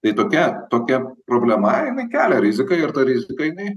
tai tokia tokia problema jinai kelia riziką ir ta rizika jinai